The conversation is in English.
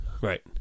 Right